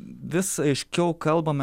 vis aiškiau kalbame